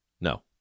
No